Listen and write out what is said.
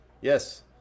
Yes